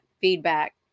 feedback